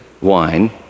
wine